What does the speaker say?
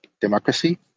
democracy